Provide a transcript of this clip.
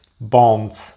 Bonds